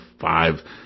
five